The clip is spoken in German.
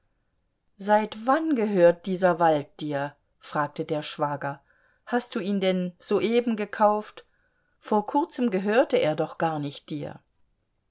seit wann gehört dieser wald dir fragte der schwager hast du ihn denn soeben gekauft vor kurzem gehörte er doch gar nicht dir